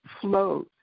flows